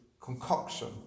concoction